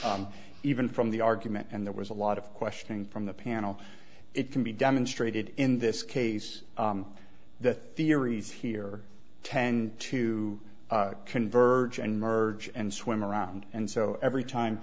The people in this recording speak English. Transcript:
even from the argument and there was a lot of questioning from the panel it can be demonstrated in this case the theories here tend to converge and merge and swim around and so every time